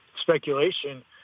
speculation